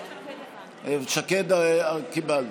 שקד, קיבלנו.